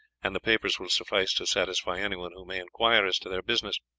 and the papers will suffice to satisfy anyone who may inquire as to their business.